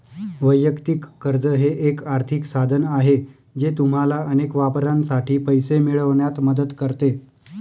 वैयक्तिक कर्ज हे एक आर्थिक साधन आहे जे तुम्हाला अनेक वापरांसाठी पैसे मिळवण्यात मदत करते